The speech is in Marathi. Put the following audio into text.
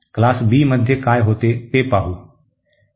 वर्ग बी मध्ये काय होते ते पाहू